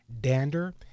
dander